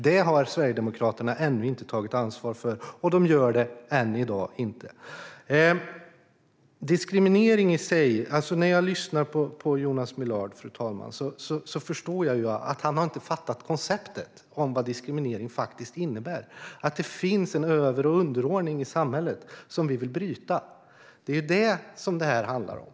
Det har Sverigedemokraterna ännu inte tagit ansvar för, och de gör det inte än i dag. När jag lyssnar på Jonas Millard förstår jag att han inte har fattat konceptet om vad diskriminering faktiskt innebär och att det finns en över och underordning i samhället som vi vill bryta. Det är det som detta handlar om.